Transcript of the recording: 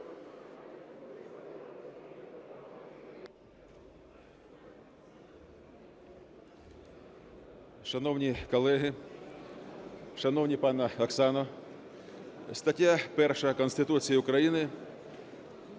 Шановні колеги! Шановна пані Оксано! Стаття 1 Конституції України